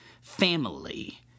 family